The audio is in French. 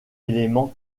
élément